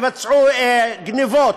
יבצעו גנבות,